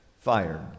fired